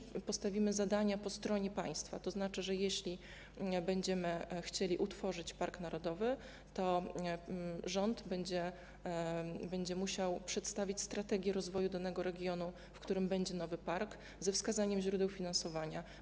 Postawimy bowiem również zadania po stronie państwa, co oznacza, że jeśli będziemy chcieli utworzyć park narodowy, to rząd będzie musiał przedstawić strategię rozwoju regionu, w którym będzie nowy park, ze wskazaniem źródeł finansowania.